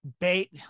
Bait